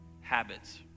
habits